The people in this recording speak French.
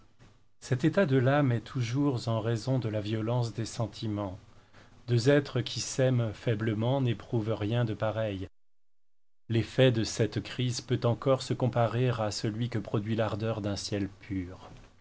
cet état de l'âme est toujours en raison de la violence des sentiments deux êtres qui s'aiment faiblement n'éprouvent rien de pareil l'effet de cette crise peut encore se comparer à celui que produit l'ardeur d'un ciel pur